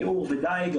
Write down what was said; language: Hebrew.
ייעור ודייג,